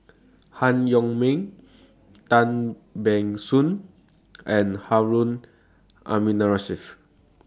Han Yong May Tan Ban Soon and Harun Aminurrashid